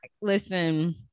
listen